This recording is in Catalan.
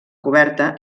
coberta